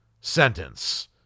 sentence